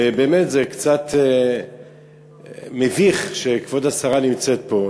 ובאמת זה קצת מביך שכבוד השרה נמצאת פה,